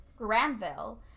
Granville